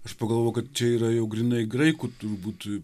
aš pagalvojau kad čia yra jau grynai graikų turbūt